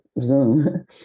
Zoom